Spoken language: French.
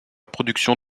production